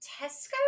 Tesco